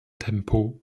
tempo